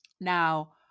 Now